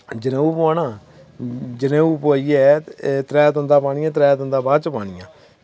जनेऊ पौआना जनेऊ पौआइयै त्रै तंदां पानियां त्रै तंदां बाद च पानियां